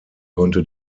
konnte